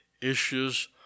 issues